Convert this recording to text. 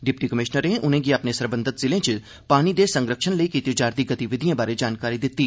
deputy कमिषनरें उनेंगी अपने सरबंधत जिलें च पानी दे संरक्षण लेई कीती जा'रदी गतिविधिएं बारै जानकारी दित्ती